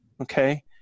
okay